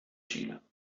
chile